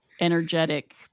energetic